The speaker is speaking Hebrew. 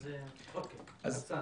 חסאן.